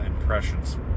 impressions